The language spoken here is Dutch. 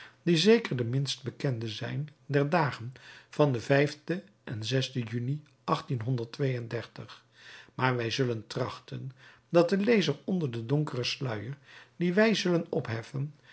die zeker de minst bekende zijn der dagen van den en juni maar wij zullen trachten dat de lezer onder den donkeren sluier dien wij zullen opheffen